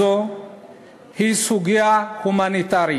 הסוגיה הזאת היא סוגיה הומניטרית.